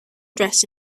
dressed